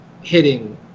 hitting